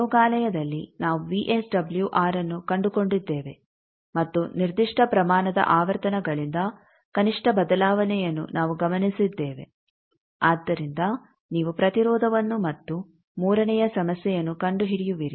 ಪ್ರಯೋಗಾಲಯದಲ್ಲಿ ನಾವು ವಿಎಸ್ಡಬ್ಲ್ಯೂಆರ್ಅನ್ನು ಕಂಡುಕೊಂಡಿದ್ದೇವೆ ಮತ್ತು ನಿರ್ದಿಷ್ಟ ಪ್ರಮಾಣದ ಆವರ್ತನಗಳಿಂದ ಕನಿಷ್ಠ ಬದಲಾವಣೆಯನ್ನು ನಾವು ಗಮನಿಸಿದ್ದೇವೆ ಆದ್ದರಿಂದ ನೀವು ಪ್ರತಿರೋಧವನ್ನು ಮತ್ತು ಮೂರನೆಯ ಸಮಸ್ಯೆಯನ್ನು ಕಂಡುಹಿಡಿಯುವಿರಿ